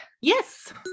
Yes